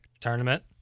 Tournament